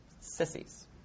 sissies